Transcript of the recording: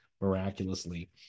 miraculously